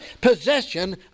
possession